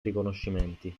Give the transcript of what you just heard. riconoscimenti